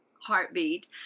heartbeat